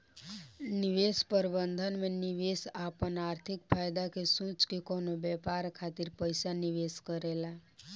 निवेश प्रबंधन में निवेशक आपन आर्थिक फायदा के सोच के कवनो व्यापार खातिर पइसा निवेश करेला